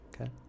Okay